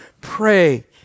Pray